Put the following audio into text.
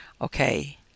okay